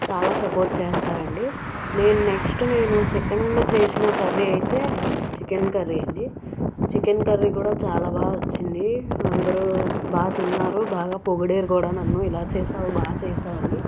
చాలా సపోర్ట్ చేస్తారండి నేను నెక్స్ట్ నేను సెకండ్ చేసిన కర్రీ అయితే చికెన్ కర్రీ అండి చికెన్ కర్రీ కూడా చాలా బాగా వచ్చింది అందరూ బాగా తిన్నారు బాగా పొగిడేరు కూడా నన్ను ఇలా చేసావు బాగా చేసావని